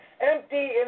empty